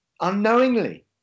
unknowingly